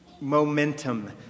momentum